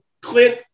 Clint